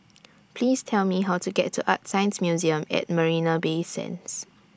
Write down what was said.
Please Tell Me How to get to ArtScience Museum At Marina Bay Sands